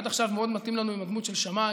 עד עכשיו מאוד מתאים לנו עם הדמות של שמאי,